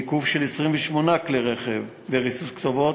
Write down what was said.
ניקוב צמיגים של 28 כלי-רכב וריסוס כתובות,